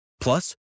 Plus